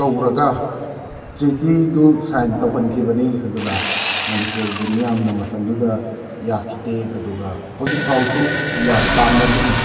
ꯀꯧꯔꯒ ꯇ꯭ꯔꯤꯇꯤꯗꯨ ꯁꯥꯏꯟ ꯇꯧꯍꯟꯈꯤꯕꯅꯤ ꯑꯗꯨꯅ ꯃꯅꯤꯄꯨꯔꯒꯤ ꯃꯤꯌꯥꯝꯅ ꯃꯇꯝꯗꯨꯗ ꯌꯥꯈꯤꯗꯦ ꯑꯗꯨꯒ ꯍꯧꯖꯤꯛꯐꯥꯎꯁꯨ ꯄꯥꯝꯅꯗ꯭ꯔꯤ